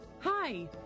Hi